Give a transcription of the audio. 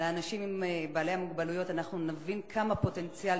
לאנשים בעלי המוגבלויות אנחנו נבין כמה פוטנציאל